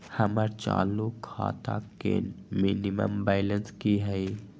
हमर चालू खाता के मिनिमम बैलेंस कि हई?